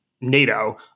NATO